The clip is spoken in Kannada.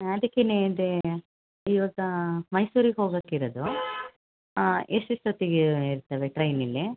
ಅದಕ್ಕೇನೆ ಇದು ಇವತ್ತು ಮೈಸೂರಿಗೆ ಹೋಗಕ್ಕೆ ಇರೋದು ಎಷ್ಟು ಎಷ್ಟೊತ್ತಿಗೆ ಇರ್ತವೆ ಟ್ರೈನ್ ಇಲ್ಲಿ